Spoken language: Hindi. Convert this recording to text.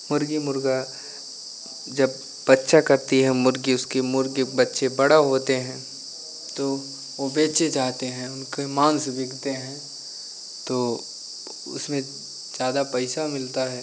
मुर्गी मुर्गा जब बच्चा करती है मुर्गी उसकी मुर्गी बच्चे बड़े होते हैं तो वह बेचे जाते हैं उनके माँस बिकते हैं तो उसमें ज़्यादा पैसा मिलता है